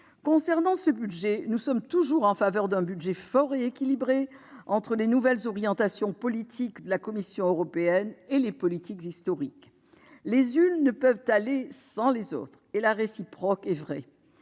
Concernant ce budget, nous sommes toujours en faveur d'un budget fort et équilibré entre les nouvelles orientations politiques de la Commission européenne et les politiques historiques : les unes ne peuvent aller sans les autres et la réciproque est vraie.